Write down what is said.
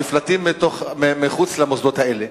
נפלטים מחוץ למוסדות האלה.